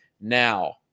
Now